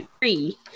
Three